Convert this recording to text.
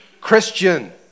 Christian